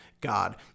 God